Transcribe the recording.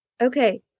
Okay